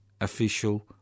official